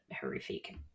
horrific